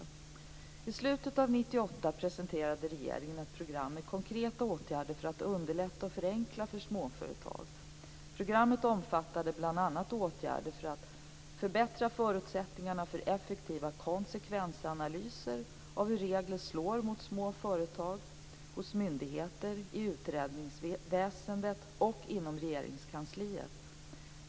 I slutet av 1998 presenterade regeringen ett program med konkreta åtgärder för att underlätta och förenkla för småföretag. Programmet omfattade åtgärder för att bl.a. förbättra förutsättningarna för effektivare konsekvensanalyser av hur reglerna slår mot små företag hos myndigheter, i utredningsväsendet och inom Regeringskansliet.